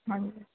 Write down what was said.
ਹਾਂਜੀ